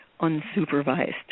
unsupervised